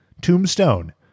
Tombstone